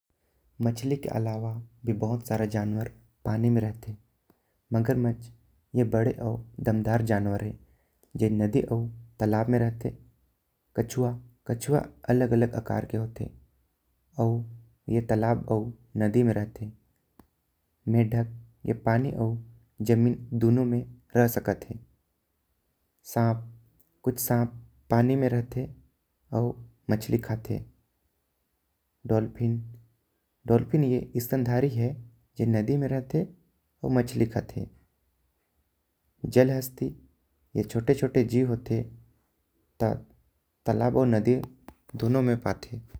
मछली के अलावा भी आऊ बहुत सारा जानवर पानी में रहते। मगरमच्छ ए बड़ा आऊ दमदार जानवर हे ए नदी आऊ। तालाब में रहते कछुआ कछुआ अलग अलग आकर के होते आऊ। ए तालाब आऊ नदी म रहते मेढक ए पानी आऊ जमीन दूनो में रह सकत हे। सांप कुछ सांप पानी में रहते आऊ मछ्ली खाते डॉल्फिन डॉल्फिन ए स्तनधारी हे। जे नदी मे रहते आऊ मछ्ली खाते जलहस्ती ए छोटे छोटे जीव होते। तालाब आऊ नदी दोनों मे पाते।